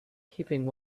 keeping